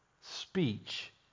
speech